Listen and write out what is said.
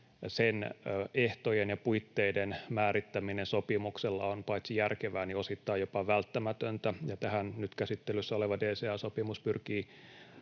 sen ehtojen ja puitteiden määrittäminen sopimuksella on paitsi järkevää, osittain jopa välttämätöntä, ja tähän nyt käsittelyssä oleva DCA-sopimus pyrkii